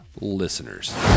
listeners